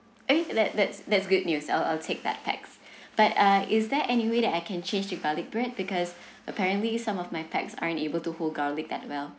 eh that's that's that's good news I'll I'll take that pax but uh is there any way that I can change the garlic bread because apparently some of my pax are unable to hold garlic that well